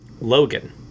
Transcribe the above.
Logan